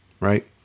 right